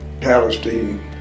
Palestine